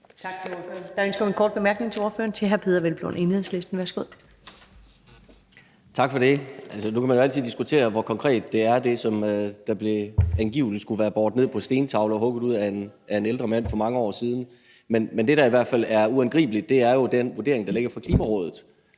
Tak for det. Nu kan man jo altid diskutere, hvor konkret det, som angiveligt skulle være båret ned på stentavler og hugget ud af en ældre mand for mange år siden, er, men det, der i hvert fald er uangribeligt, er den vurdering, der ligger fra Klimarådet.